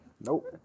nope